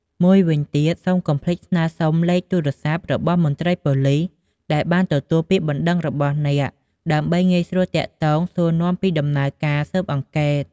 មួយវិញទៀត សូមកុំភ្លេចស្នើសុំលេខទូរស័ព្ទរបស់មន្ត្រីប៉ូលីសដែលបានទទួលពាក្យបណ្ដឹងរបស់អ្នក ដើម្បីងាយស្រួលទាក់ទងសួរនាំពីដំណើរការស៊ើបអង្កេត។